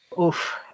Oof